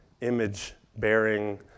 image-bearing